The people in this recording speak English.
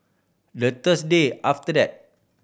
the Thursday after that